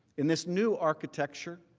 in this new architecture,